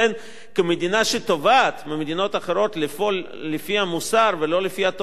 כמדינה שתובעת ממדינות אחרות לפעול לפי המוסר ולא לפי התועלתנות,